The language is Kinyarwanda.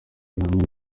hamwe